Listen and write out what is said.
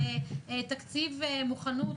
שתקציב מוכנות,